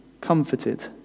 comforted